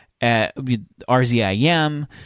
RZIM